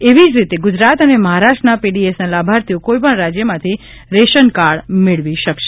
એવી જ રીતે ગુજરાત અને મહારાષ્ટ્રના પીડીએસના લાભાર્થીઓ કોઇપણ રાજયમાંથી રેશનકાર્ડ મેળવી શકશે